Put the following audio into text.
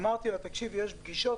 אמרתי לה: תקשיבי יש פגישות,